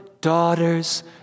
daughters